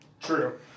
True